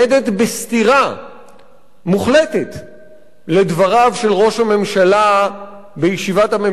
בסתירה מוחלטת לדבריו של ראש הממשלה בישיבת הממשלה,